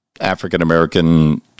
African-American